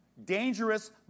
dangerous